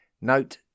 note